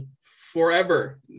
forever